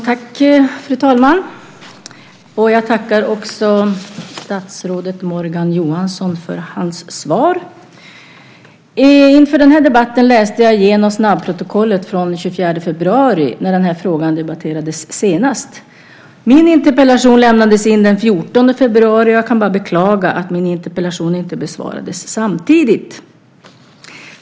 Fru talman! Jag tackar statsrådet Morgan Johansson för svaret. Inför den här debatten läste jag snabbprotokollet från den 24 februari, då den här frågan debatterades senast. Min interpellation lämnades in den 14 februari, och jag kan bara beklaga att min interpellation inte besvarades samtidigt.